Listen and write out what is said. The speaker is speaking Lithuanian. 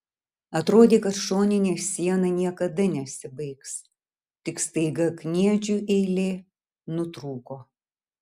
atrodė kad šoninė siena niekada nesibaigs tik staiga kniedžių eilė nutrūko